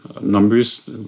numbers